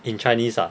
in chinese ah